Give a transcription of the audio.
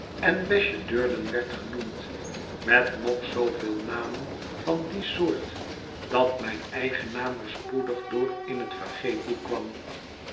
en besje durden werd genoemd met nog zooveel namen van die soort dat mijn eigen naam er spoedig door in het vergeetboek kwam